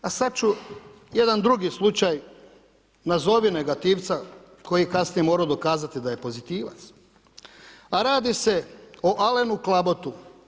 A sad ću jedan drugi slučaj, nazovi negativca, koji je kasnije morao dokazati da je pozitivac, a radi se o Alenu Klabotu.